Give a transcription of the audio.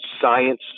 science